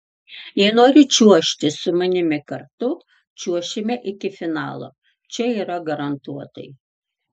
jei nori čiuožti su manimi kartu čiuošime iki finalo čia yra garantuotai